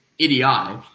idiotic